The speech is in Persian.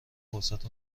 فرصت